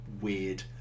weird